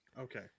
Okay